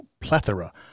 Plethora